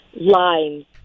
line